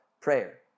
prayer